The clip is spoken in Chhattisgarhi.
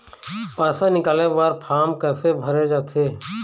पैसा निकाले बर फार्म कैसे भरे जाथे?